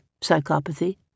psychopathy